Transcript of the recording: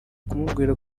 kumubwira